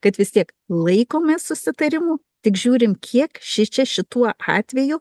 kad vis tiek laikomės susitarimų tik žiūrim kiek šičia šituo atveju